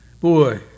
Boy